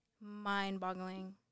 mind-boggling